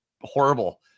horrible